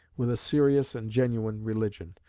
with a serious and genuine religion.